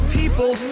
people